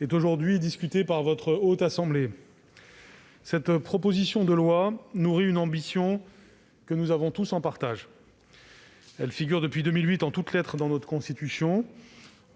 est aujourd'hui discutée par votre Haute Assemblée. Cette proposition de loi nourrit une ambition que nous avons tous en partage et qui figure depuis 2008 en toutes lettres dans notre Constitution,